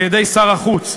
על-ידי שר החוץ,